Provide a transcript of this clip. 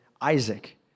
Isaac